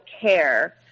care